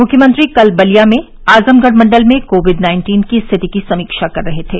मुख्यमत्री कल बलिया में आजमगढ़ मण्डल में कोविड नाइन्टीन की स्थिति की समीक्षा कर रहे थे